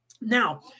Now